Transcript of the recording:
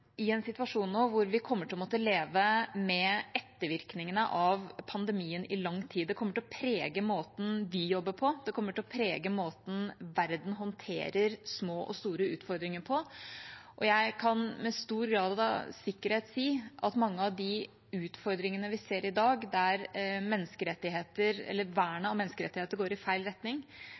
i en situasjon nå hvor vi kommer til å måtte leve med ettervirkningene av pandemien i lang tid. Det kommer til å prege måten vi jobber på, og det kommer til å prege måten verden håndterer små og store utfordringer på. Jeg kan med stor grad av sikkerhet si at mange av de utfordringene vi ser i dag, der vernet av menneskerettigheter går i feil retning,